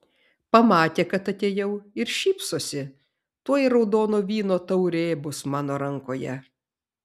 pamatė kad atėjau ir šypsosi tuoj raudono vyno taurė bus mano rankoje